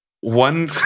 One